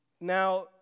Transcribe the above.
Now